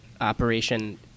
operation